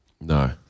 No